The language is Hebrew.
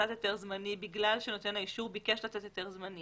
נתת היתר זמני בגלל שנותן האישור ביקש לתת היתר זמני